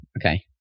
Okay